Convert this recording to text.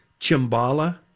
Chimbala